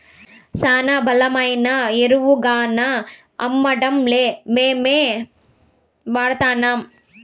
శానా బలమైన ఎరువుగాన్నా అమ్మడంలే మేమే వాడతాన్నం